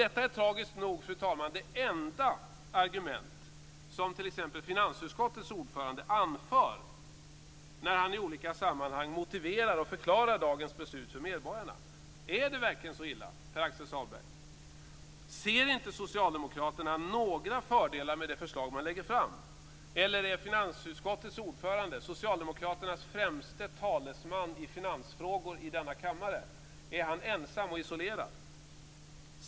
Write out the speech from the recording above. Detta är tragiskt nog, fru talman, det enda argument som t.ex. finansutskottets ordförande anför när han i olika sammanhang motiverar och förklarar dagens beslut för medborgarna. Är det verkligen så illa, Per-Axel Sahlberg? Ser inte socialdemokraterna några fördelar med det förslag man lägger fram, eller är finansutskottets ordförande, socialdemokraternas främste talesman i finansfrågor i denna kammare, ensam och isolerad?